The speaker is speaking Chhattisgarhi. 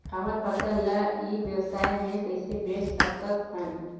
हमर फसल ल ई व्यवसाय मे कइसे बेच सकत हन?